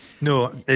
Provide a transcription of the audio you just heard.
No